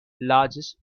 largest